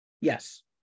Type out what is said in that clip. Yes